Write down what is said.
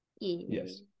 yes